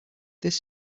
this